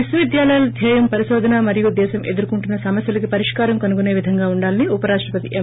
విశ్వవిద్యాలయాల ధ్యేయం పరిశోధన మరియు దేశం ఎదుర్కుంటున్న సమస్యలకి పరిష్కారం కనుగుసే విధంగా ఉండాలని ఉపరాష్ణపతి ఎం